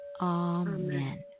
Amen